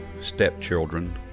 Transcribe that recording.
stepchildren